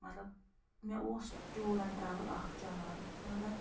مطلب مےٚ اوس ٹوٗر اٮ۪ن ٹروٕل اَکھ چلان مگر